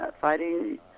fighting